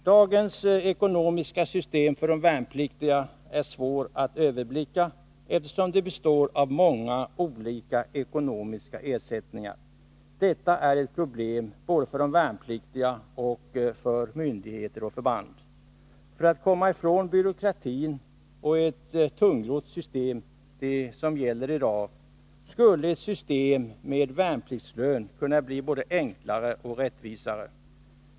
Dagens ekonomiska system för de värnpliktiga är svårt att överblicka, eftersom det består av många olika ekonomiska ersättningar. Detta är ett problem både för de värnpliktiga och för myndigheter och förband. Ett system med värnpliktslön skulle bli både enklare och rättvisare än det system som gäller i dag och skulle dessutom innebära att vi kom ifrån byråkratin och ett tungrott system.